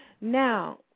Now